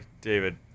David